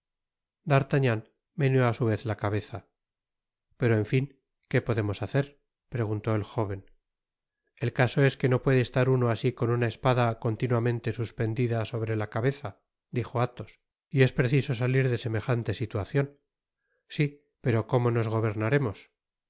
d'artagnan meneó á su vez la cabeza pero en fln que podemos hacer preguntó el jó ven el caso es que no puede estar uno asi con una espada continuamente suspendida sobre la cabeza dijo athos y es preciso salir desemejante situacion si pero como nos gobernaremos